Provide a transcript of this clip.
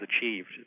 achieved